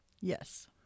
Yes